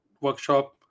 workshop